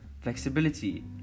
flexibility